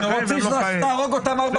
הם לא חיים.